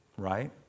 Right